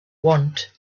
want